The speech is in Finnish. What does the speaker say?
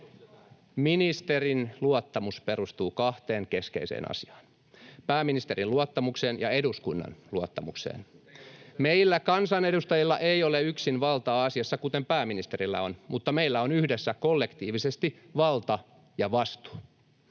Ministerin luottamus perustuu kahteen keskeiseen asiaan: pääministerin luottamukseen ja eduskunnan luottamukseen. Meillä kansanedustajilla ei ole yksin valtaa asiassa, kuten pääministerillä on, mutta meillä on yhdessä kollektiivisesti valta ja vastuu.